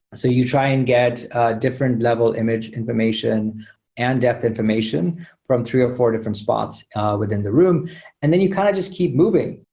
so you try and get a different level image information and depth information from three or four different spots within the room and then you kind of just keep moving.